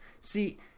See